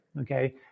Okay